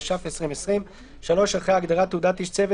התש"ף-2020 "; אחרי ההגדרה "תעודת איש צוות",